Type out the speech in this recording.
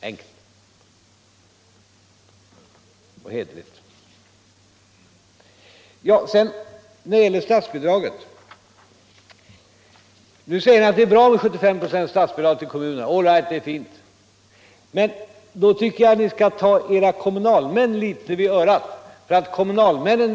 När det sedan gäller statsbidraget säger ni nu att det är bra med 75 96 statsbidrag till kommunerna. All right, det är fint. Men då tycker jag också att ni något skall ta era kommunalmän vid örat.